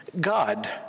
God